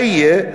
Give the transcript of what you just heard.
מה יהיה?